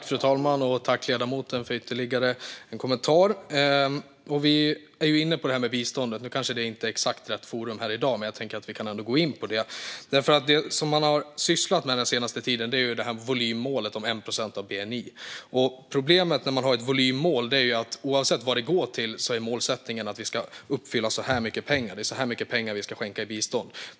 Fru talman! Jag tackar ledamoten för ytterligare en kommentar. Vi är just nu inne på biståndet. Det är kanske inte exakt rätt ämne i dag, men vi kan ändå säga något om det. Det man har sysslat med den senaste tiden är volymmålet om 1 procent av bni. Oavsett vad det går till är problemet med ett volymmål att man har en målsättning om att man ska komma upp i en viss summa pengar och att man ska skänka en viss summa i bistånd.